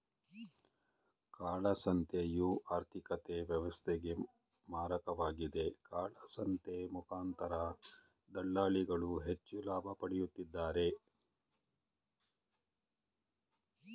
ಕಾಳಸಂತೆಯು ಆರ್ಥಿಕತೆ ವ್ಯವಸ್ಥೆಗೆ ಮಾರಕವಾಗಿದೆ, ಕಾಳಸಂತೆ ಮುಖಾಂತರ ದಳ್ಳಾಳಿಗಳು ಹೆಚ್ಚು ಲಾಭ ಪಡೆಯುತ್ತಿದ್ದಾರೆ